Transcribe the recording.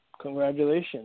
Congratulations